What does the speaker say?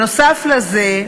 נוסף על זה,